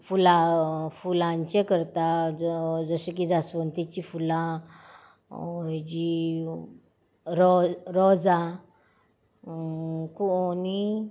फुलां फुलांचे करता जशे की जासवंतीचीं फुलां हाजी रो रोजां कोनी